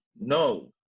No